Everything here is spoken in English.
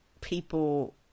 people